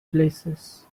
places